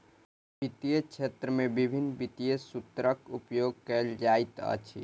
वित्तीय क्षेत्र में विभिन्न वित्तीय सूत्रक उपयोग कयल जाइत अछि